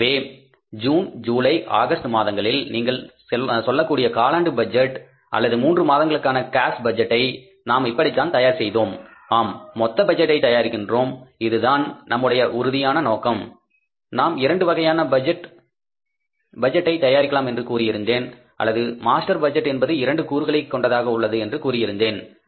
ஆகவே June July August மாதங்களில் நீங்கள் சொல்லக்கூடிய காலாண்டு பட்ஜெட் அல்லது 3 மாதங்களுக்கான கேஷ் பட்ஜெட்டை நாம் இப்படித்தான் தயார் செய்தோம் ஆம் மொத்த பட்ஜெட்டை தயாரிக்கிறோம் இதுதான் நம்முடைய உறுதியான நோக்கம் நாம் இரண்டு வகையான பட்ஜெட்டை தயாரிக்கலாம் என்று கூறியிருந்தேன் அல்லது மாஸ்டர் பட்ஜெட் என்பது இரண்டு கூறுகளை கொண்டுள்ளது என்று கூறியிருந்தேன்